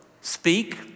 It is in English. speak